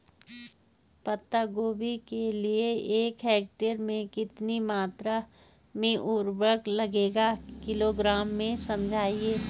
पत्ता गोभी के लिए एक हेक्टेयर में कितनी मात्रा में उर्वरक लगेगा किलोग्राम में समझाइए?